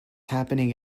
happening